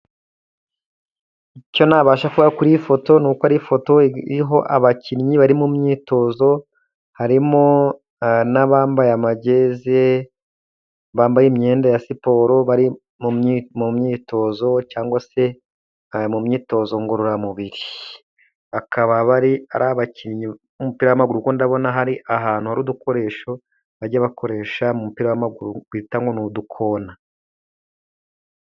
Icyo nabasha kuva kuri iyi foto ni uko ari abakinnyi bari mu myitozo harimo n'abambaye amajezi, bambaye imyenda ya siporo bari mu myitozo cyangwa se mu myitozo ngororamubiri. Bakaba ari abakinnyi b'umupira wamaguru kuko ndabona hari ahantu hari udukoresho bajya bakoresha umupira w'amaguru uhitamo n'udukona